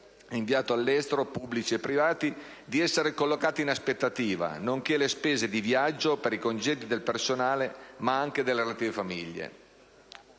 inviato all'estero (pubblici e privati) di essere collocati in aspettativa, nonché alle spese di viaggio per i congedi del personale, ma anche delle relative famiglie.